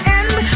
end